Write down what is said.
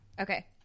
Okay